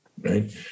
right